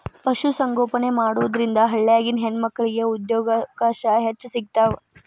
ಪಶು ಸಂಗೋಪನೆ ಮಾಡೋದ್ರಿಂದ ಹಳ್ಳ್ಯಾಗಿನ ಹೆಣ್ಣಮಕ್ಕಳಿಗೆ ಉದ್ಯೋಗಾವಕಾಶ ಹೆಚ್ಚ್ ಸಿಗ್ತಾವ